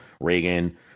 Reagan